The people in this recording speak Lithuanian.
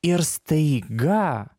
ir staiga